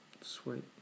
sweet